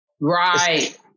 Right